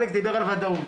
אלכס דיבר על ודאות,